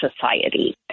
society